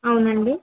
అవునండి